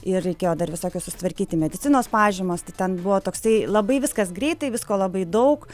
ir reikėjo dar visokios susitvarkyti medicinos pažymos tai ten buvo toksai labai viskas greitai visko labai daug